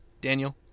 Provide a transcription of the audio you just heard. daniel